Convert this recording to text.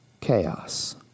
chaos